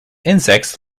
insects